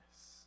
Yes